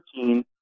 13